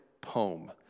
poem